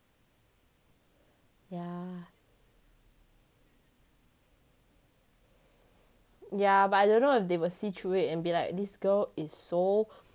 yeah but I don't know if they will see through it and be like this girl is so